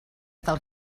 del